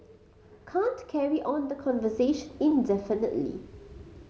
can't carry on the conversation indefinitely